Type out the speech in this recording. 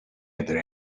other